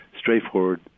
straightforward